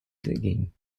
ging